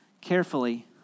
carefully